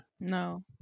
no